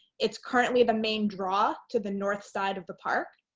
it's currently the main draw to the north side of the park.